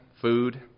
food